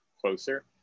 closer